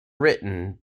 written